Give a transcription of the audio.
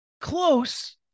close